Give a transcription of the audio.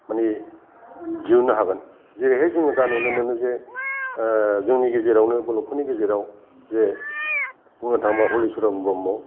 माने दिहुननो हागोन जेरैहाय जोङो दा नुनो मोनो जे जोंनि गेजेरावनो बा न'खरनि गेजेराव जे बुंनो थाङोबा हलिचरन ब्रह्म